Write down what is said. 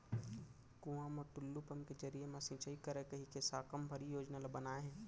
कुँआ म टूल्लू पंप के जरिए म सिंचई करय कहिके साकम्बरी योजना ल बनाए हे